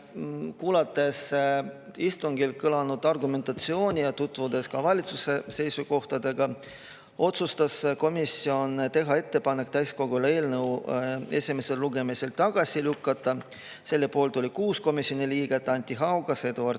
Kuulates istungil kõlanud argumentatsiooni ja tutvudes ka valitsuse seisukohaga, otsustas komisjon teha täiskogule ettepaneku eelnõu esimesel lugemisel tagasi lükata. Selle poolt oli 6 komisjoni liiget, Anti Haugas, Eduard